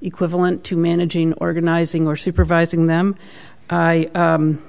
equivalent to managing organizing or supervising them and